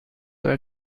were